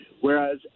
whereas